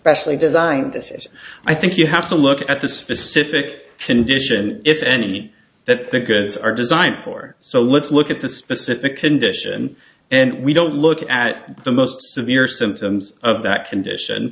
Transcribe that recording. specially designed decision i think you have to look at the specific condition if any that the goods are zein for so let's look at the specific condition and we don't look at the most severe symptoms of that condition